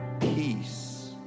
peace